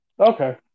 Okay